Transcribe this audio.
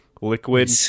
Liquid